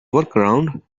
workaround